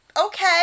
okay